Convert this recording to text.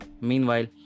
Meanwhile